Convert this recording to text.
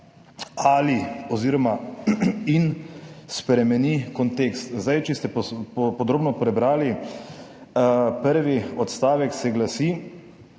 ali oziroma in spremenita kontekst. Če ste podrobno prebrali, prvi odstavek se glasi: